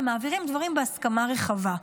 ומעבירים דברים בהסכמה רחבה.